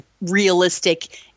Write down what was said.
realistic